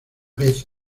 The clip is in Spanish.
vez